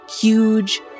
huge